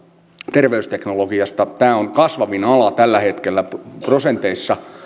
terveysteknologiasta tämä on kasvavin ala tällä hetkellä prosenteissa